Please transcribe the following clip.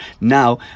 now